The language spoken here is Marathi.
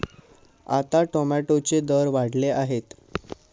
आता टोमॅटोचे दर वाढले आहेत